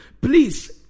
Please